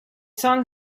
song